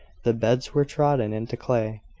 the beds were trodden into clay,